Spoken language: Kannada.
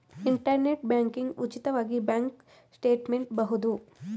ಇಂಟರ್ನೆಟ್ ಬ್ಯಾಂಕಿಂಗ್ ಉಚಿತವಾಗಿ ಬ್ಯಾಂಕ್ ಸ್ಟೇಟ್ಮೆಂಟ್ ಬಹುದು